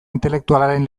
intelektualaren